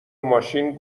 ماشین